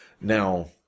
Now